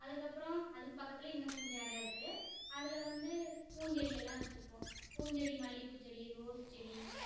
அதுக்கு அப்புறோம் அதுக்கு பக்கத்துல இன்னும் கொஞ்சம் இடோம் இருக்கு அதில் வந்து பூஞ்செடியெல்லாம் வச்சிருப்போம் பூஞ்செடி மல்லிப்பூ செடி ரோஸ் செடி